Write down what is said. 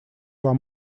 вам